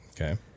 Okay